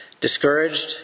Discouraged